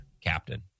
captain